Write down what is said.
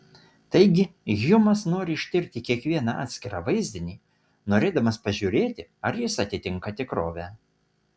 taigi hjumas nori ištirti kiekvieną atskirą vaizdinį norėdamas pažiūrėti ar jis atitinka tikrovę